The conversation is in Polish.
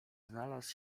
znalazł